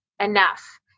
enough